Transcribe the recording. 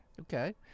okay